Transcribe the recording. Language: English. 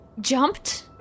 jumped